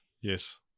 yes